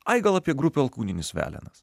ai gal apie grupę alkūninis velenas